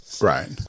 right